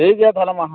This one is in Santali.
ᱴᱷᱤᱠᱜᱮᱭᱟ ᱛᱟᱦᱚᱞᱮ ᱢᱟ ᱦᱮᱸ